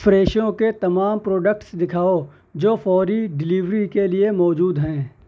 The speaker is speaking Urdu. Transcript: فریشو کے تمام پروڈکٹس دکھاؤ جو فوری ڈلیوری کے لیے موجود ہیں